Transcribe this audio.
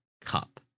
Cup